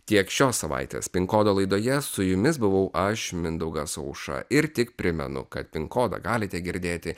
tiek šios savaitės pin kodo laidoje su jumis buvau aš mindaugas aušra ir tik primenu kad pin kodą galite girdėti